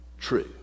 true